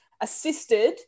assisted